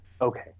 Okay